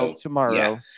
tomorrow